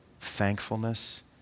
thankfulness